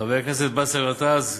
חבר הכנסת באסל גטאס,